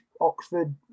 Oxford